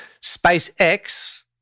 SpaceX